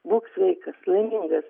būk sveikas laimingas